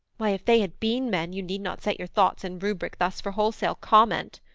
why, if they had been men you need not set your thoughts in rubric thus for wholesale comment.